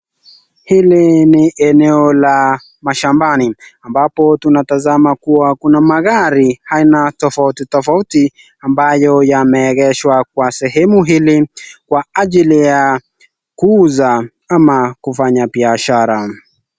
Hili ni eneo la mashambani ambapo tunatazama kuwa kuna magari aina tofauti tofauti ambayo yameegeshwa kwa sehemu hili kwa ajili ya kuuza ama kufanya biashara.